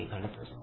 हे घडत असते